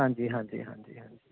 ਹਾਂਜੀ ਹਾਂਜੀ ਹਾਂਜੀ ਹਾਂਜੀ